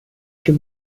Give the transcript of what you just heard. più